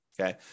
okay